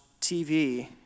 TV